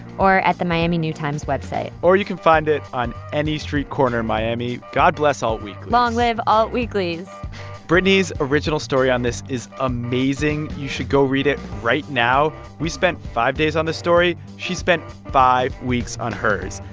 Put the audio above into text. or at the miami new times website or you can find it on any street corner in miami. god bless alt weeklies long live alt weeklies brittany's original story on this is amazing. you should go read it right now. we spent five days on this story. she spent five weeks on hers.